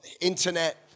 internet